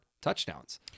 touchdowns